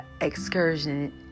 excursion